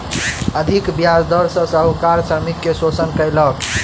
अधिक ब्याज दर सॅ साहूकार श्रमिक के शोषण कयलक